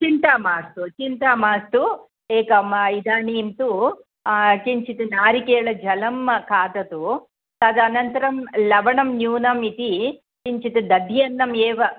चिन्ता मास्तु चिन्ता मास्तु एकम् इदानीं तु किञ्चित् नारिकेलजलं खादतु तदनन्तरं लवणं न्यूनम् इति किञ्चित् दध्यन्नम् एव